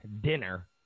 dinner